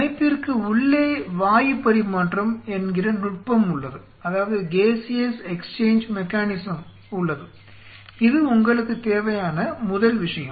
அமைப்பிற்கு உள்ளே வாயு பரிமாற்றம் என்கிற நுட்பம் உள்ளது இது உங்களுக்குத் தேவையான முதல் விஷயம்